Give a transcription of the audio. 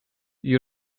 you